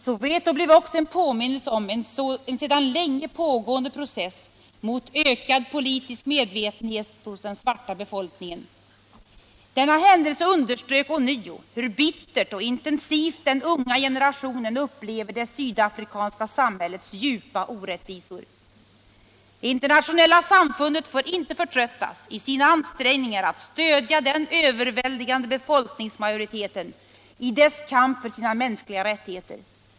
Soweto blev också en påminnelse om en sedan länge pågående process mot ökad politisk medvetenhet hos den svarta befolkningen. Denna händelse underströk ånyo hur bittert och intensivt den unga generationen upplever det sydafrikanska samhällets djupa orättvisor. Det internationella samfundet får inte förtröttas i sina ansträngningar att stödja den överväldigande befolkningsmajoriteten i dess kamp för sina mänskliga rättigheter.